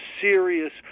serious